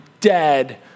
dead